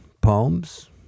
poems